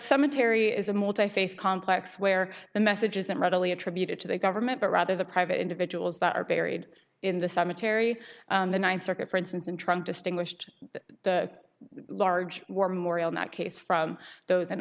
cemetery is a multi faith complex where the message isn't readily attributed to the government but rather the private individuals that are buried in the cemetery in the ninth circuit for instance and trump distinguished the large war memorial that case from those in